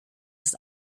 ist